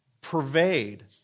pervade